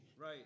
Right